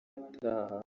ataha